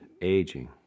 aging